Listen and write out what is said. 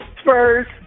Spurs